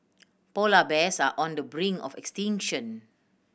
polar bears are on the brink of extinction